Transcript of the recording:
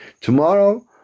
Tomorrow